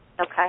Okay